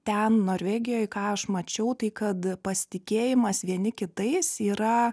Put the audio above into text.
ten norvegijoj ką aš mačiau tai kad pasitikėjimas vieni kitais yra